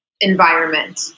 environment